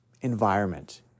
environment